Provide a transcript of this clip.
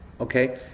Okay